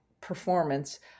performance